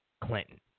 Clinton